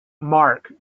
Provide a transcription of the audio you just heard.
mark